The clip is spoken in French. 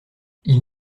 ils